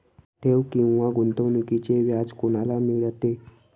ठेव किंवा गुंतवणूकीचे व्याज कोणाला मिळते?